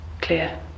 Clear